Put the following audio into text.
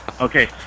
Okay